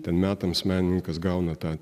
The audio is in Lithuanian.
ten metams menininkas gauna tą